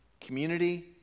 Community